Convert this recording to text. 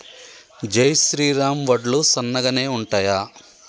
జై శ్రీరామ్ వడ్లు సన్నగనె ఉంటయా?